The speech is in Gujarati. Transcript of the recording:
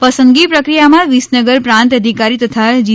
પસંદગી પ્રક્રિયામાં વિસનગર પ્રાંત અધિકારી તથા જી